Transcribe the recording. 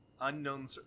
Unknown